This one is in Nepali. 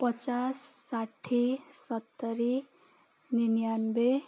पचास साठी सत्तरी निन्यानब्बे